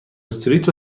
استریت